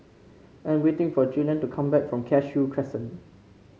I am waiting for Julian to come back from Cashew Crescent